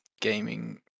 gaming